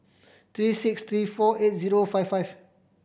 three six three four eight zero five five